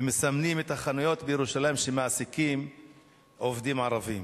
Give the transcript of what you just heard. ומסמנים את החנויות בירושלים שמעסיקות עובדים ערבים,